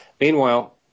Meanwhile